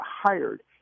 hired